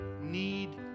need